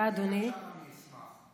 אם אפשר, אני אשמח.